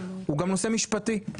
הוא גם נושא משפטי,